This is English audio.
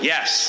Yes